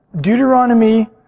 Deuteronomy